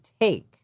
take